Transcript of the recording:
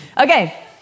Okay